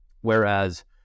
Whereas